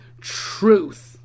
truth